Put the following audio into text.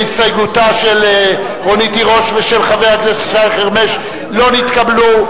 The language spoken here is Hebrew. הסתייגותם של חברת הכנסת רונית תירוש ושל חבר הכנסת שי חרמש לא נתקבלה.